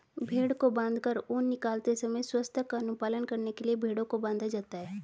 भेंड़ को बाँधकर ऊन निकालते समय स्वच्छता का अनुपालन करने के लिए भेंड़ों को बाँधा जाता है